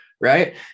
Right